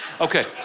Okay